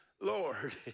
Lord